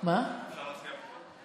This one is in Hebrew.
אפשר להצביע מפה?